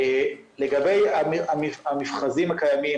לגבי המכרזים הקיימים,